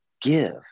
give